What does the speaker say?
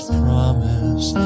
promise